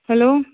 hello